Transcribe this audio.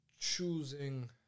choosing